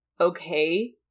Okay